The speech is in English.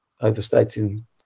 overstating